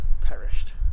perished